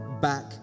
back